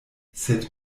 sed